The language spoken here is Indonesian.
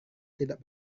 tidak